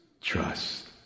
trust